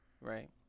right